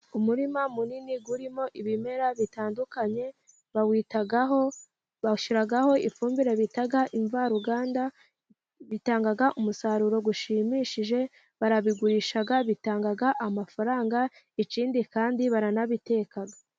Umurima munini urimo ibimera bitandukanye, bawitaho, bashyiraho ifumbire bita imvaruganda, bitanga umusaruro ushimishije, barabigurisha ,bitanga amafaranga, ikindi kandi baranabiteka.